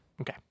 Okay